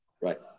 right